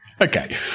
Okay